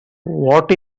what